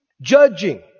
Judging